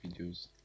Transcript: videos